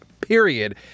period